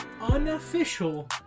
unofficial